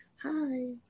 Hi